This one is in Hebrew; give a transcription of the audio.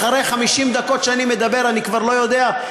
אחרי 50 דקות שאני מדבר אני כבר לא יודע,